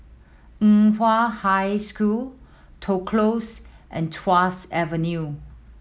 Nan Hua High School Toh Close and Tuas Avenue